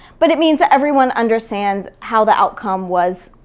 but it means everyone understands how the outcome was,